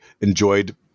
enjoyed